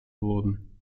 wurden